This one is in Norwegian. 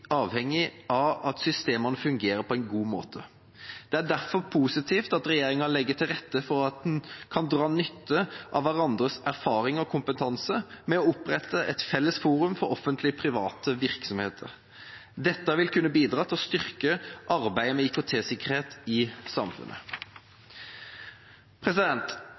avhengig av at systemene fungerer på en god måte. Det er derfor positivt at regjeringa legger til rette for at man kan dra nytte av hverandres erfaringer og kompetanse ved å opprette et felles forum for offentlig-private virksomheter. Dette vil kunne bidra til å styrke arbeidet med IKT-sikkerhet i samfunnet.